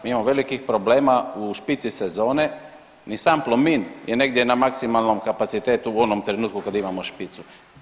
Mi imamo velikih problema u špici sezone i Sam Plomin je negdje na maksimalnom kapacitetu u onom trenutku kad imamo špicu.